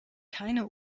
keine